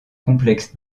complexe